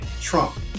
Trump